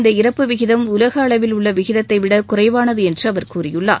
இந்த இறப்பு விகிதம் உலக அளவில் உள்ள விகிதத்தை விட குறைவானது என்று அவா கூறியுள்ளார்